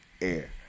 air